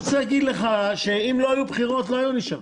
אם לא היו בחירות חברי הכנסת לא היו נשארים.